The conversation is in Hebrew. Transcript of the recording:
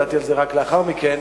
ידעתי על זה רק לאחר מכן,